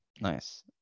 Nice